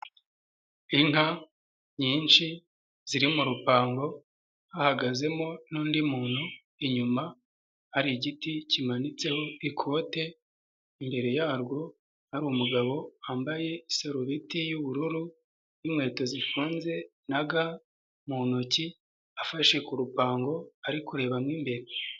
Inka nyinshi ziri mu rupango, hagazemo n'undi muntu, inyuma hari igiti kimanitseho ikote, imbere yarwo hari umugabo wambaye isarubiti y'ubururu n'inkweto zifunze, na ga mu ntoki afashe ku rupango ari kureba mo imbere.